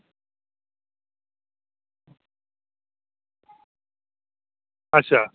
अच्छा